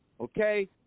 Okay